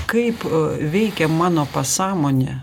kaip veikia mano pasąmonė